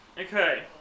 Okay